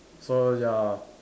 so ya